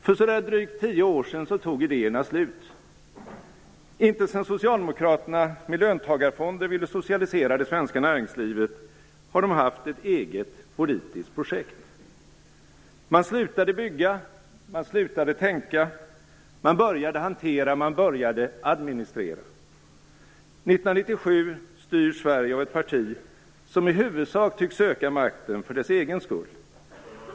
För drygt tio år sedan tog idéerna slut - inte sedan Socialdemokraterna med löntagarfonder ville socialisera det svenska näringslivet har de haft ett eget politiskt projekt. Man slutade bygga, man slutade tänka - man började hantera, man började administrera. 1997 styrs Sverige av ett parti som i huvudsak tycks söka makten för dess egen skull.